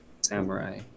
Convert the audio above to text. samurai